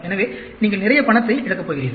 எனவே நீங்கள் நிறைய பணத்தை இழக்கப் போகிறீர்கள்